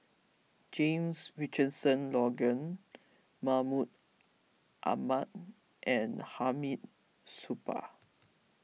James Richardson Logan Mahmud Ahmad and Hamid Supaat